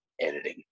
editing